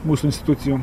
mūsų institucijų